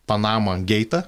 panama geitą